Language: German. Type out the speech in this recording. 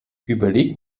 überlegt